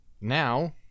now